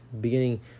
beginning